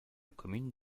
commune